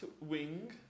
wing